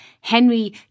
Henry